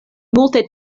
multe